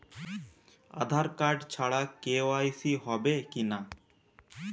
আধার card ছাড়া KYC হবে কিনা?